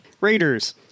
Raiders